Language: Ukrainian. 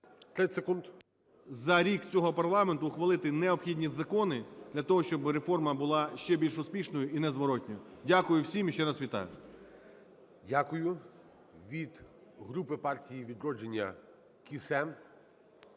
…за рік цього парламенту ухвалити необхідні закони для того, щоб реформа була ще більш успішною і незворотною. Дякую всім і ще раз вітаю. ГОЛОВУЮЧИЙ. Дякую. Від групи "Партія "Відродження" Кіссе